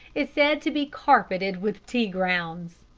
is said to be carpeted with tea-grounds.